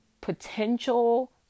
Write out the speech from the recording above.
potential